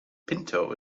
pinto